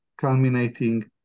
culminating